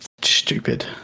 stupid